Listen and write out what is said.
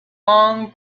long